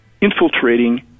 infiltrating